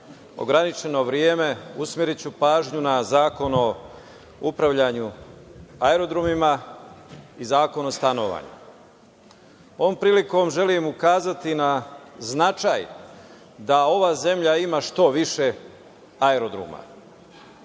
ograničeno vreme, usmeriću pažnju na Zakon o upravljanju aerodromima i Zakon o stanovanju. Ovom prilikom želim ukazati na značaj da ova zemlja ima što više aerodroma.